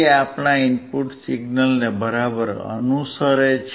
તે આપણા ઇનપુટ સિગ્નલને બરાબર અનુસરે છે